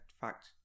Fact